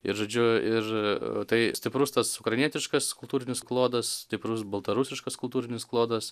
ir žodžiu ir tai stiprus tas ukrainietiškas kultūrinis klodas stiprus baltarusiškas kultūrinis klodas